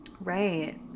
Right